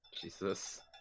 Jesus